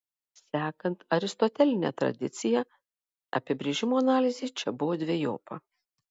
sekant aristoteline tradicija apibrėžimo analizė čia buvo dvejopa